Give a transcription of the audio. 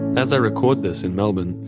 as i record this in melbourne,